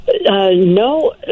No